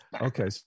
Okay